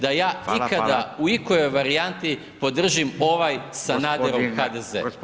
da ja ikada u ikojoj varijanti podržim ovaj Sanaderov HDZ.